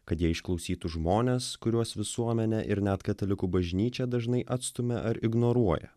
kad jie išklausytų žmones kuriuos visuomenė ir net katalikų bažnyčia dažnai atstumia ar ignoruoja